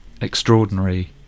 extraordinary